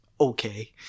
okay